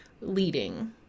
leading